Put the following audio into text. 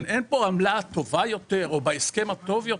אין כאן עמלה טובה יותר או בהסכם הטוב יותר.